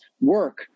work